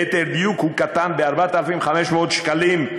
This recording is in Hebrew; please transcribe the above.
ליתר דיוק, הוא קטן ב-4,500 שקלים,